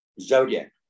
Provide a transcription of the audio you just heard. Zodiac